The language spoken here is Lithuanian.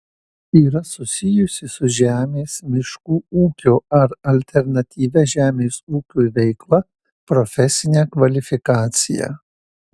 yra susijusi su žemės miškų ūkio ar alternatyvia žemės ūkiui veikla profesinę kvalifikaciją